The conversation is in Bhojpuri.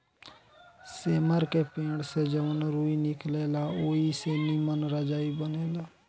सेमर के पेड़ से जवन रूई निकलेला ओई से निमन रजाई बनेला